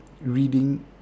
reading